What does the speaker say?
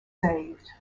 saved